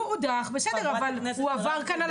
הוא הודח, אבל הוא עבר כאן על